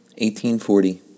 1840